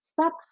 stop